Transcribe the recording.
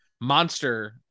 monster